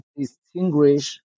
distinguish